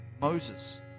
Moses